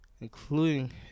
including